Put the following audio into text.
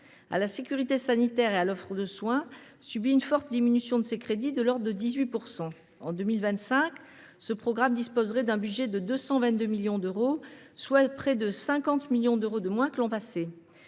sécurité sanitaire et offre de soins » subit une forte diminution de ses crédits, de l’ordre de 18 %. En 2025, il disposerait d’un budget de 222 millions d’euros, soit près de 50 millions d’euros de moins que l’année